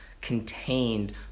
contained